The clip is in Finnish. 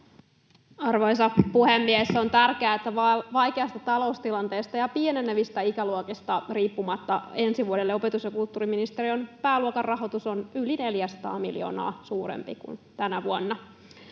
Arvoisa puhemies! On tärkeätä, että vaikeasta taloustilanteesta ja pienenevistä ikäluokista riippumatta ensi vuodelle opetus- ja kulttuuriministeriön pääluokan rahoitus on yli 400 miljoonaa suurempi kuin tänä vuonna.